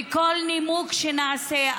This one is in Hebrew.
וכל נימוק שנעשה,